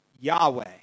Yahweh